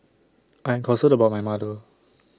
I'm concerned about my mother